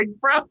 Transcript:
bro